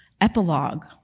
epilogue